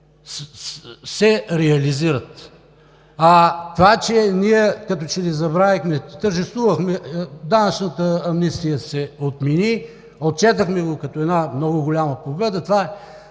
се реализират. А това, че ние като че ли забравихме, тържествувахме, че данъчната амнистия се отмени, отчетохме го като една много голяма победа – това е